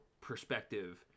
perspective